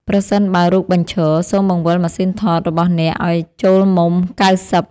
ប្រសិនបើរូបបញ្ឈរ សូមបង្វិលម៉ាស៊ីនថតរបស់អ្នកឱ្យចូលមុំ ៩០។